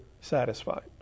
satisfied